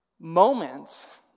moments